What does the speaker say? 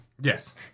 Yes